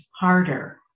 harder